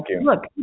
look